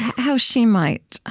how she might